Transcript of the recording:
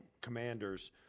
Commanders